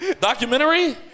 Documentary